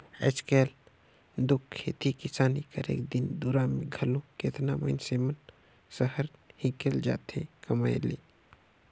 आएज काएल दो खेती किसानी करेक दिन दुरा में घलो केतना मइनसे मन सहर हिंकेल जाथें कमाए ले